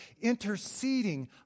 interceding